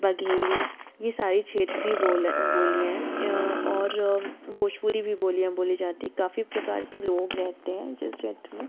बाघेली ये सारी क्षेत्रीय बोल है बोलियाँ हैं और भोजपुरी भी बोलियाँ बोली जाती है काफ़ी प्रकार के लोग रहते हैं जिस क्षेत्र में